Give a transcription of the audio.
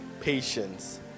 patience